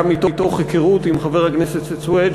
גם מתוך הכרות עם חבר הכנסת סוייד,